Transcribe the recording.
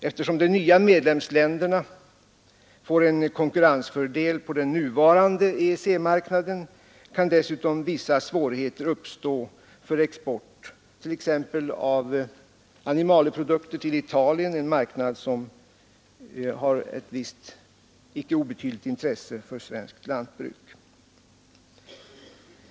Eftersom de nya medlemsländerna får en konkurrensfördel på den nuvarande EEC-marknaden, kan dessutom vissa svårigheter uppstå för export av animalieprodukter till t.ex. Italien — en marknad som har ett visst, icke obetydligt intresse för svenskt lantbruk.